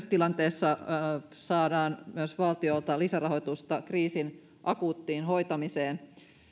tilanteessa saadaan myös valtiolta lisärahoitusta kriisin akuuttiin hoitamiseen